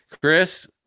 Chris